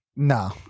Nah